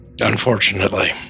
Unfortunately